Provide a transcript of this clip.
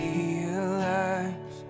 Realize